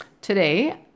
today